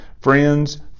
friends